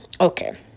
Okay